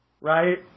right